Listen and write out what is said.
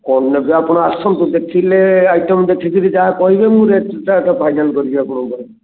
କ'ଣ ନେବେ ଆପଣ ଆସନ୍ତୁ ଦେଖିଲେ ଆଇଟମ୍ ଦେଖିକରି ଯାହା କହିବେ ମୁଁ ରେଟ୍ଟା ଫାଇନାଲ୍ କରିବି ଆପଣଙ୍କ ପାଇଁ